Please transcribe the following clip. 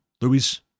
Louis